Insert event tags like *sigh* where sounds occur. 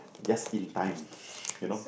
just in time *breath* you know